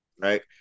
right